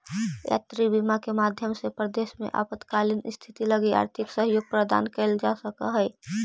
यात्री बीमा के माध्यम से परदेस में आपातकालीन स्थिति लगी आर्थिक सहयोग प्राप्त कैइल जा सकऽ हई